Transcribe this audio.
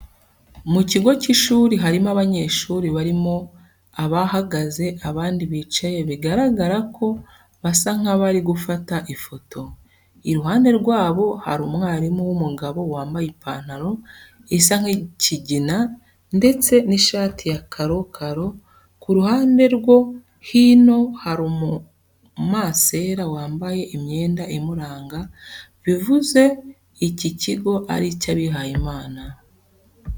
Mu kigo cy'ishuri harimo abanyeshuri barimo abahagaze, abandi bicaye bigaragara ko basa nk'abari gufata ifoto. Iruhande rwabo hari umwarimu w'umugabo wambaye ipantaro isa nk'ikigina ndetse n'ishati ya karokaro, ku ruhande rwo hino hari umumasera wambaye imyenda imuranga, bivuze iki kigo ari icy'abihaye Imana.